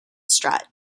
strut